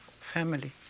Family